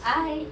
!hais!